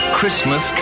Christmas